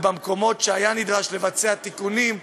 ובמקומות שהיה נדרש לבצע תיקונים,